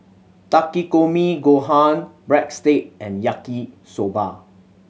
Takikomi Gohan Breadstick and Yaki Soba